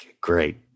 Great